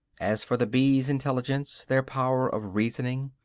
as for the bees' intelligence, their power of reasoning,